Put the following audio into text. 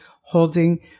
holding